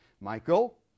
Michael